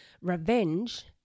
revenge